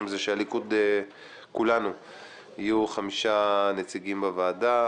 שלליכוד-כולנו יהיו חמישה נציגים בוועדה,